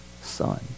sun